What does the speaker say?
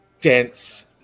dense